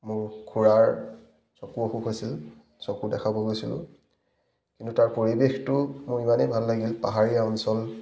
মোৰ খুৰাৰ চকু অসুখ হৈছিল চকু দেখাব গৈছিলোঁ কিন্তু তাৰ পৰিৱেশটো মোৰ ইমানেই ভাল লাগিল পাহাৰীয়া অঞ্চল